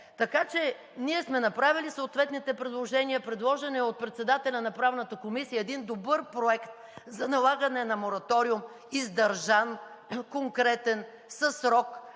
Така че ние сме направили съответните предложения. Предложен е от председателя на Правната комисия един добър проект за налагане на мораториум – издържан, конкретен, със срок,